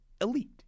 elite